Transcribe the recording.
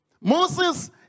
Moses